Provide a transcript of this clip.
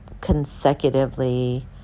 consecutively